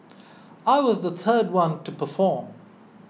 I was the third one to perform